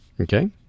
Okay